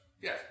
yes